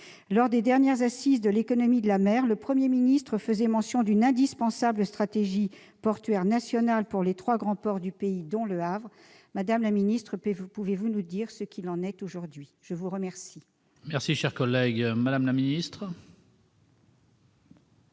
Lors des dernières assises de l'économie de la mer, le Premier ministre faisait mention d'une indispensable stratégie portuaire nationale pour les trois grands ports du pays, dont Le Havre. Madame la ministre, pouvez-vous nous dire ce qu'il en est aujourd'hui ? La parole est à Mme la ministre.